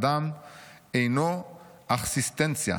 האדם אינו אכסיסטנציה,